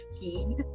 heed